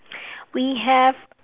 we have